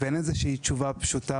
ואין איזו שהיא תשובה פשוטה,